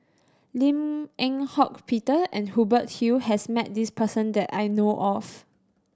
Lim Eng Hock Peter and Hubert Hill has met this person that I know of